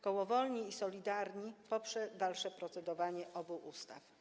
Koło Wolni i Solidarni poprze dalsze procedowanie obu ustaw.